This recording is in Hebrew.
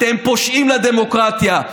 אתם פושעים לדמוקרטיה.